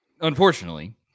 unfortunately